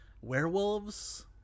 werewolves